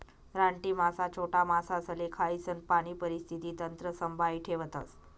रानटी मासा छोटा मासासले खायीसन पाणी परिस्थिती तंत्र संभाई ठेवतस